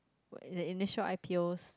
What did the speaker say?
the initial I_P_Os